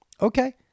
Okay